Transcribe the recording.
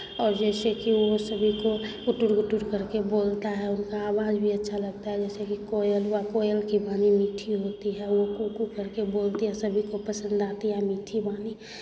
और जैसे कि वो सभी को घुटुर घुटुर करके बोलती है उनका आवाज भी अच्छा लगता है जैसे कि कोयल हुआ कोयल की वाणी मीठी होती है वो कू कू करके बोलते हैं सभी को पसंद आते हैं मीठी वाणी